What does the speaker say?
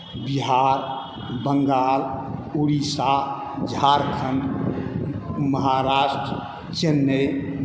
Bihar Bengal Orissa Jharkhand Maharashtra Chennai